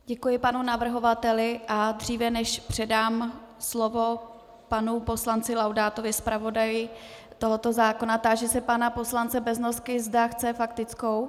Děkuji panu navrhovateli, a dříve než předám slovo panu poslanci Laudátovi, zpravodaji tohoto zákona, táži se pana poslance Beznosky, zda chce faktickou.